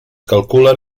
calculen